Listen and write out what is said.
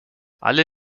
alle